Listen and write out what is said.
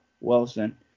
Wilson